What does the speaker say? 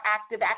active